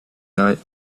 night